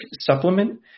supplement